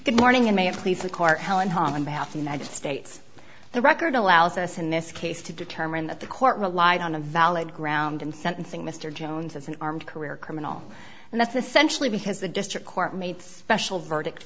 the united states the record allows us in this case to determine that the court relied on a valid ground in sentencing mr jones as an armed career criminal and that's essentially because the district court made special verdict